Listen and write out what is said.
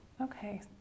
Okay